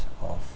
of